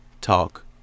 talk